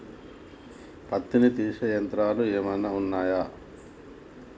పత్తిని తీసే యంత్రాలు ఏమైనా ఉన్నయా?